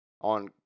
on